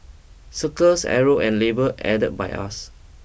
circle arrow and labels added by us